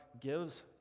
gives